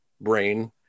brain